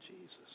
Jesus